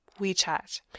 WeChat